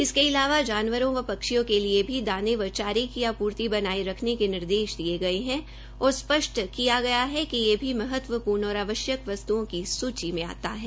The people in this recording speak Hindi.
इसके अलावा जानवरों एवं पक्षियों के लिए दाने व चारे की आपूर्ति बनाये रखने के निर्देश दिये है और स्पष्ट किया है कि यह भी महत्वर्णू और आवश्यक वस्तुओं की सूची में आता है